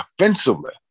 offensively